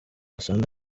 gasana